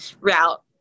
route